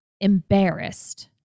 embarrassed